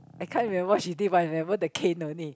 I can't remember she did but remember the cane only